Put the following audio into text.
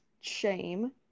shame